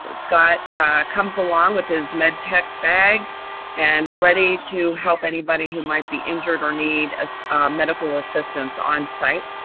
scott comes along with his med tech bag and ready to help anybody who might be injured or need ah medical assistance on-site.